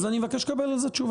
אז אני מבקש לקבל על זה תשובה.